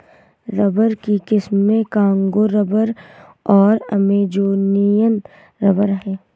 rubber की किस्में Congo rubber और अमेजोनियन रबर हैं